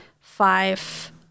five